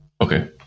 Okay